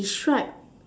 describe